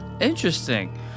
Interesting